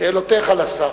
שאלותיך לשר.